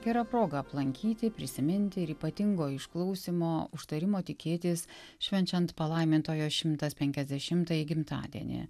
gera proga aplankyti prisiminti ir ypatingo išklausymo užtarimo tikėtis švenčiant palaimintojo šimtas penkiasdešimtąjį gimtadienį